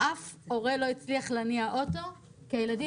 אף הורה לא הצליח להניע אוטו כי הילדים